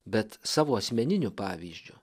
bet savo asmeniniu pavyzdžiu